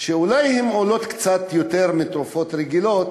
שאולי הן עולות קצת יותר מתרופות רגילות,